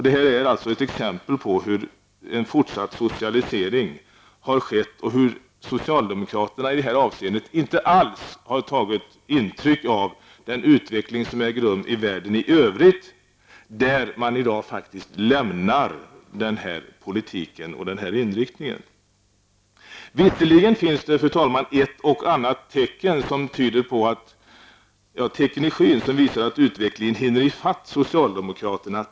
Detta är ett exempel på hur en fortsatt socialisering har ägt rum och på hur socialdemokraterna i det här avseendet inte alls har tagit intryck av den utveckling som sker i världen i övrigt, där man i dag faktiskt lämnar den här politiken och den här inriktningen. Fru talman! Visserligen finns det ett och annat tecken i skyn som visar att utvecklingen till slut hinner i fatt socialdemokraterna.